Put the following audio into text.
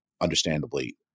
understandably